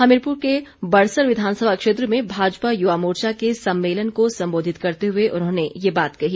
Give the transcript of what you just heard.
हमीरपुर के बड़सर विधानसभा क्षेत्र में भाजपा यवा मोर्चा के सम्मेलन को सम्बोधित करते हए उन्होंने ये बात कही